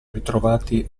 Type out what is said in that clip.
ritrovati